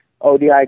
ODI